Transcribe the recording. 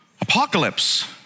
Apocalypse